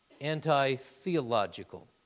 anti-theological